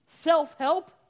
Self-help